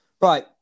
Right